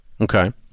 Okay